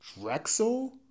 Drexel